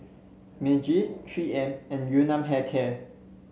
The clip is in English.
Meiji Three M and Yun Nam Hair Care